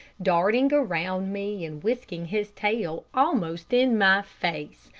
darting around me and whisking his tail almost in my face,